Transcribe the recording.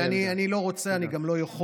תראה, אני לא רוצה ואני גם לא יכול